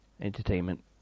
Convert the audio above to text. entertainment